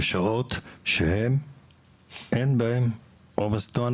אני בדרך כלל יוצא בשעות שאין בהן עומס תנועה,